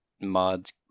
mods